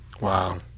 Wow